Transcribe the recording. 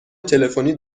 تلفنی